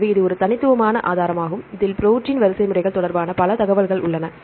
எனவே இது ஒரு தனித்துவமான ஆதாரமாகும் இதில் ப்ரோடீன் வரிசைமுறைகள் தொடர்பான பல தகவல்கள் உள்ளன